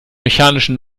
mechanischen